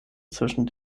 zwischen